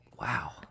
Wow